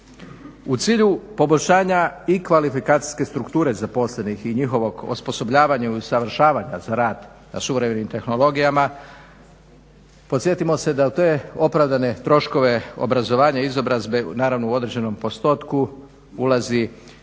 U cilju poboljšanja i kvalifikacijske strukture zaposlenih i njihovog osposobljavanja i usavršavanja za rad na suvremenim tehnologijama podsjetimo se da te opravdane troškove obrazovanje i izobrazbe naravno u određenom postotku ulazi, ulaze